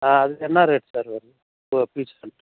ஆ அது என்ன rate sir வருது பி சாண்ட்